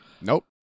Nope